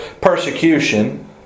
persecution